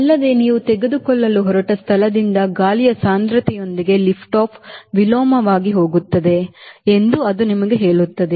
ಅಲ್ಲದೆ ನೀವು ತೆಗೆದುಕೊಳ್ಳಲು ಹೊರಟ ಸ್ಥಳದಿಂದ ಗಾಳಿಯ ಸಾಂದ್ರತೆಯೊಂದಿಗೆ ಲಿಫ್ಟ್ ಆಫ್ ವಿಲೋಮವಾಗಿ ಹೋಗುತ್ತದೆ ಎಂದು ಅದು ನಿಮಗೆ ಹೇಳುತ್ತದೆ